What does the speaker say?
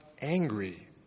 angry